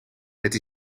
het